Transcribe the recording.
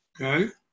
Okay